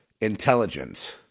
intelligence